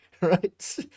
right